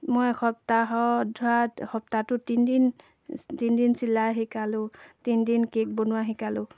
মই সপ্তাহত ধৰা সপ্তাহটোত তিনিদিন তিনিদিন চিলাই শিকালোঁ তিনিদিন কেক বনোৱা শিকালোঁ